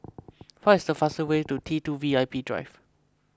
what is the fastest way to T two V I P Drive